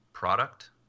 product